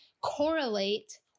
correlate